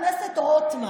איזה יופי.